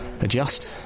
adjust